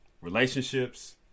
relationships